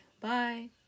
Bye